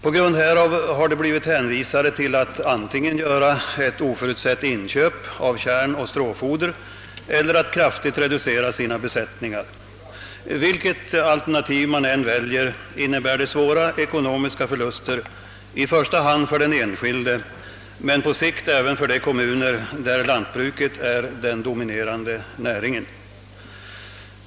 På grund härav har de blivit hänvisade till att antingen göra ett oförutsett inköp av kärnoch stråfoder eller att kraftigt reducera sina besättningar. Vilket alternativ som än väljes innebär det stora ekonomiska förluster, i första hand för den enskilde men på sikt även för de kommuner där lantbruket är den dominerande näringen.